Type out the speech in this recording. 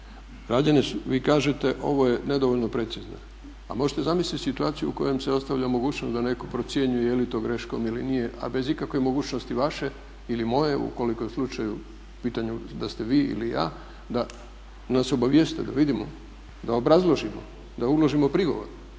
Vi kažete ovo je nedovoljno precizno, a možete zamisliti situaciju u kojoj se ostavlja mogućnost da netko procjenjuje je li to greškom ili nije, a bez ikakve mogućnosti vaše ili moje ukoliko je u pitanju da ste vi ili ja da nas obavijeste da vidimo, da obrazložimo, da uložimo prigovor,